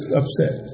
upset